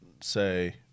say